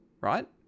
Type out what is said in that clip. right